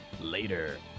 later